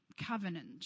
covenant